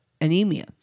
anemia